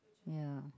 yeah